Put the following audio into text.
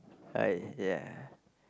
hi ya